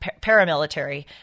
paramilitary